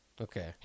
Okay